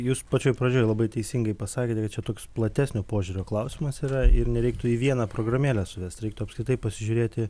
jūs pačioj pradžioj labai teisingai pasakėte čia toks platesnio požiūrio klausimas yra ir nereiktų į vieną programėlę suvest reiktų apskritai pasižiūrėti